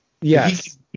Yes